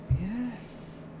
Yes